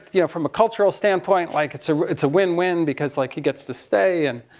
you know, from a cultural standpoint like, it's a, it's a win, win because like, he gets to stay and,